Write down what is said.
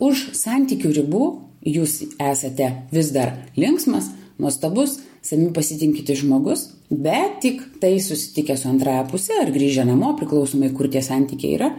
už santykių ribų jūs esate vis dar linksmas nuostabus savim pasitikintis žmogus bet tik tai susitikę su antrąja puse ar grįžę namo priklausomai kur tie santykiai yra